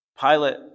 Pilate